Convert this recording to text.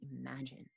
imagine